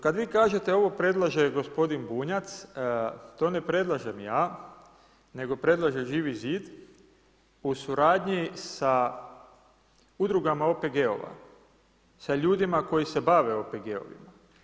Kada vi kažete ovo predlaže gospodin Bunjac, to ne predlažem ja nego predlaže Živi zid u suradnji sa udrugama OPG-ova sa ljudima koji se bave OPG-ovima.